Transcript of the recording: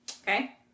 Okay